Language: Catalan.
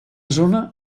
zona